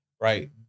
right